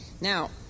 Now